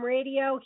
Radio